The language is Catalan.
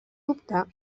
dubte